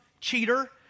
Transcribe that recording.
cheater